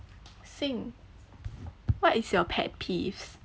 xing what is your pet peeves